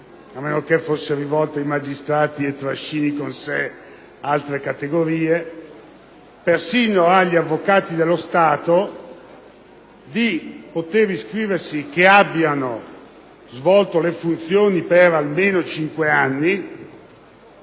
(a meno che fosse rivolta ai magistrati e trascini con sé altre categorie) e persino agli avvocati dello Stato che abbiano svolto le funzioni per almeno cinque anni